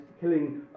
killing